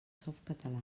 softcatalà